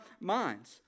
minds